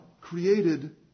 created